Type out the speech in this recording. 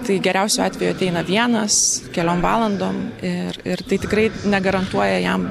tai geriausiu atveju ateina vienas keliom valandom ir ir tai tikrai negarantuoja jam